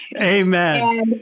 Amen